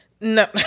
No